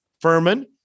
Furman